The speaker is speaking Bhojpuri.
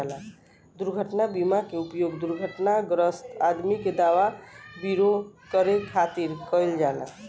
दुर्घटना बीमा के उपयोग दुर्घटनाग्रस्त आदमी के दवा विरो करे खातिर कईल जाला